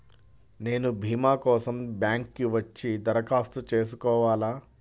నేను భీమా కోసం బ్యాంక్కి వచ్చి దరఖాస్తు చేసుకోవాలా?